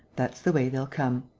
that's the way they'll come.